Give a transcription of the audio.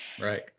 Right